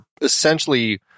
essentially